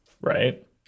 Right